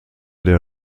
der